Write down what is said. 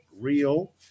real